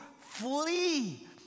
flee